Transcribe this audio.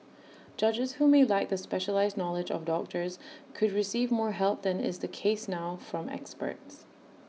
judges who may lack the specialised knowledge of doctors could receive more help than is the case now from experts